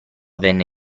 venne